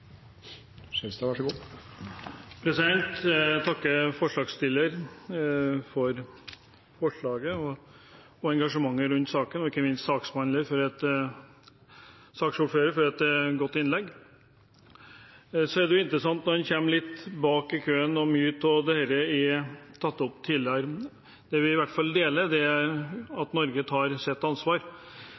godt innlegg. Så er det jo interessant når en kommer litt bak i køen, at mye av dette er tatt opp tidligere, men det vi i hvert fall deler, er at Norge tar sitt ansvar.